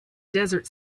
desert